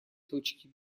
точки